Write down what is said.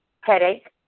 headache